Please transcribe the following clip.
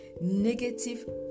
negative